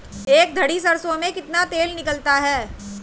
एक दही सरसों में कितना तेल निकलता है?